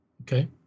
Okay